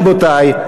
רבותי,